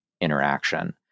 interaction